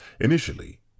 initially